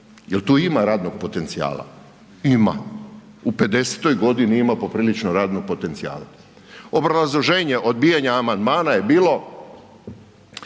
Jel tu ima radnog potencijala? Ima, u 50 godini ima poprilično radnog potencijala. Obrazloženje odbijanja amandmana je bilo